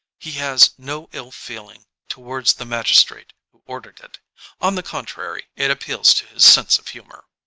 he has no ill-feeling towards the magistrate who ordered it on the contrary it appeals to his sense of humour.